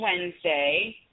Wednesday